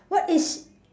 what is